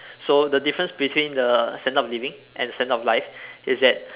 so the difference between the standard of living and the standard of life is that